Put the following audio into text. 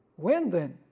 when then,